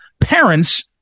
parents